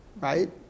right